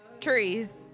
Trees